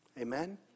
Amen